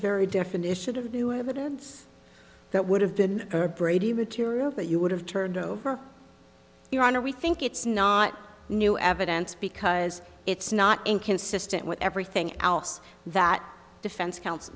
very definition of new evidence that would have been brady material that you would have turned over your honor we think it's not new evidence because it's not inconsistent with everything else that defense counsel